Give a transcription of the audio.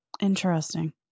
Interesting